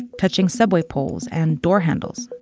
touching subway poles and door handles.